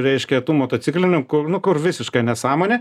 reiškia tų motociklininkų nu kur visiška nesąmonė